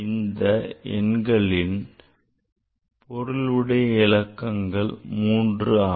இந்த எண்களின் பொருளுடைய இலக்கம் 3 ஆகும்